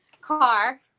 car